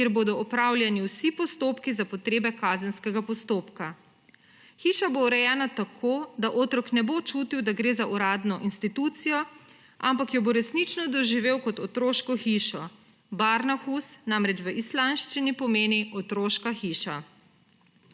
kjer bodo opravljeni vsi postopki za potrebe kazenskega postopka. Hiša bo urejena tako, da otrok ne bo čutil, da gre za uradno institucijo, ampak jo bo resnično doživel kot otroško hišo. Barnahus namreč v islandščini pomeni otroška hiša.